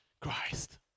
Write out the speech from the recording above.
Christ